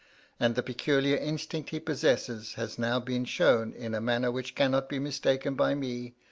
and the peculiar instinct he possesses has now been shown in a manner which cannot be mistaken by me,